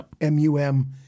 M-U-M